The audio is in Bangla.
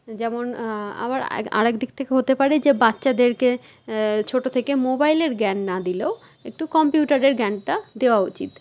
যেমন আবার আরেকদিক থেকে হতে পারে যে বাচ্চাদেরকে ছোটো থেকে মোবাইলের জ্ঞান না দিলেও একটু কম্পিউটারের জ্ঞানটা দেওয়া উচিত